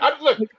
Look